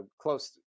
close